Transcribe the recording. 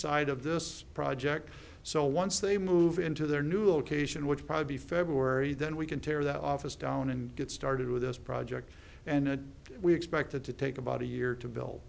side of this project so once they move into their new location which probably february then we can tear that office down and get started with this project and we expected to take about a year to buil